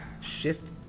Shift